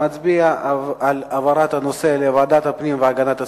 מצביע להעברת הנושא לוועדת הפנים והגנת הסביבה,